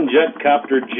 Jetcopter